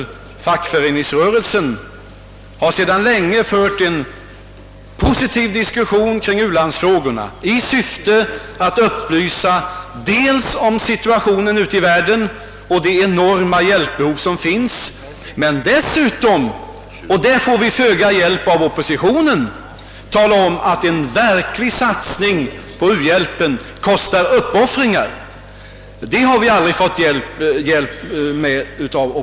och fackföreningsrörelsen, sedan länge fört en positiv diskussion kring u-landsfrågorna i syfte dels att upplysa om situationen ute i världen och om det enorma hjälpbehov som finns, dels — och därvidlag har vi fått föga hjälp av oppositionen att upplysa om att en verklig satsning på u-hjälpen kostar uppoffringar.